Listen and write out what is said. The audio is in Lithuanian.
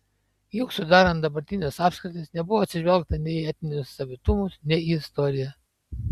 juk sudarant dabartines apskritis nebuvo atsižvelgta nei į etninius savitumus nei į istoriją